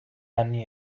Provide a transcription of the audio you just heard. anni